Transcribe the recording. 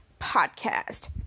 podcast